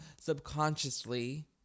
subconsciously